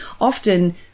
Often